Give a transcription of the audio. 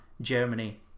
Germany